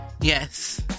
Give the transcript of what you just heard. yes